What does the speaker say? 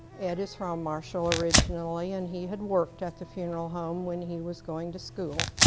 ed is from marshall originally, and he had worked at the funeral home when he was going to school.